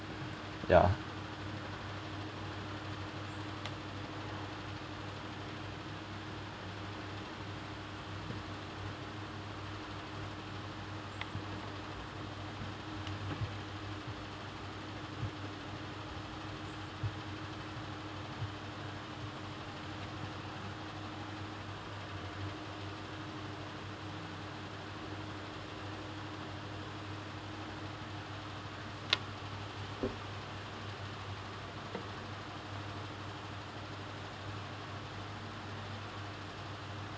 ya